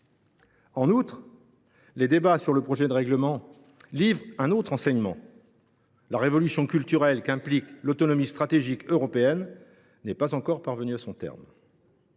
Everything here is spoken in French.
En outre, les débats sur ce projet de règlement livrent un autre enseignement : la révolution culturelle qu’implique l’autonomie stratégique européenne n’est pas encore parvenue à son terme.